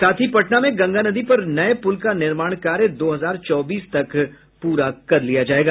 साथ ही पटना में गंगा नदी पर नये पुल का निर्माण कार्य दो हजार चौबीस तक पूरा किया जायेगा